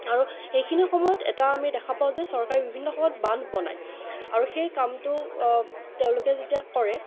আৰু সেইখিনি সময়ত এটা আমি দেখা পাওঁ যে চৰকাৰে বিভিন্ন সময়ত বান্ধ বনায় আৰু সেই কামটো তেওঁলোকে যেতিয়া কৰে